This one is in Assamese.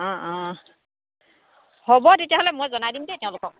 অঁ অঁ হ'ব তেতিয়াহ'লে মই জনাই দিম দেই তেওঁলোকক